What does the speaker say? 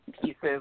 pieces